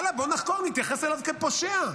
יאללה, בוא נחקור, נתייחס אליו כפושע.